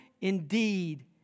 indeed